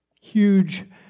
huge